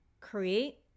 create